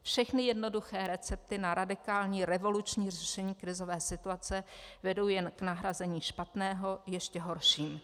Všechny jednoduché recepty na radikální, revoluční řešení krizové situace vedou jen k nahrazení špatného ještě horším.